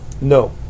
No